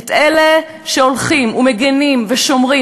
את אלה שהולכים ומגינים ושומרים.